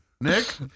Nick